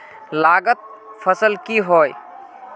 लागत फसल की होय?